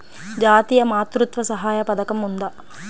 జాతీయ మాతృత్వ సహాయ పథకం ఉందా?